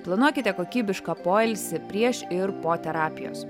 planuokite kokybišką poilsį prieš ir po terapijos